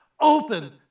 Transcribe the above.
open